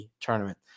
tournament